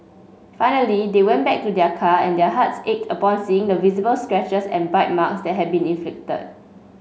finally they went back to their car and their hearts ached upon seeing the visible scratches and bite marks that had been inflicted